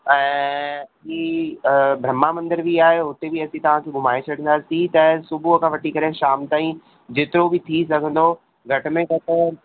ऐं ही ब्रह्मा मंदर बि आहे उते बि असीं तव्हांखे घुमाए छॾंदासीं त सुबुह खां वठी करे शाम ताईं जेतिरो बि थी सघंदो घटि में घटि